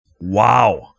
Wow